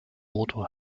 motor